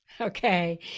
Okay